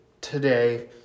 today